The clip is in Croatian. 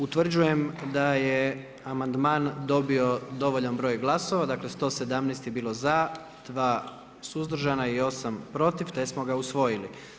Utvrđujem da je amandman dobio dovoljan broj glasova, dakle 117 je bilo za, 2 suzdržana i 8 protiv, te smo ga usvojili.